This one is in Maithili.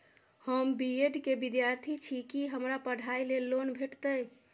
हम बी ऐड केँ विद्यार्थी छी, की हमरा पढ़ाई लेल लोन भेटतय?